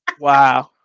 Wow